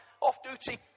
off-duty